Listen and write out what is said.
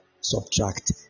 subtract